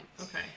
Okay